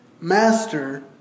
Master